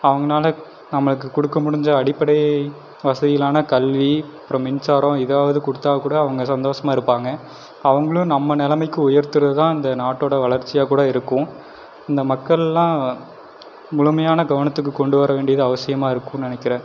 அவங்கனால நம்மளுக்கு கொடுக்க முடிஞ்ச அடிப்படை வசதிகளான கல்வி அப்புறம் மின்சாரம் இதாவது கொடுத்தா கூட அவங்க சந்தோசமாக இருப்பாங்க அவங்களும் நம்ம நிலமைக்கு உயர்த்துறது தான் இந்த நாட்டோட வளர்ச்சியாக கூட இருக்கும் இந்த மக்கள்லாம் முழுமையான கவனத்துக்கு கொண்டு வர வேண்டியது அவசியமாக இருக்கும் நினைக்குறேன்